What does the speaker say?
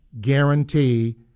guarantee